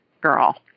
girl